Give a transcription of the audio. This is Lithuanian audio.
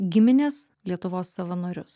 gimines lietuvos savanorius